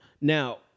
Now